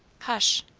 hush,